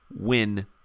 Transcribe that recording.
win